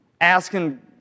asking